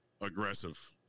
aggressive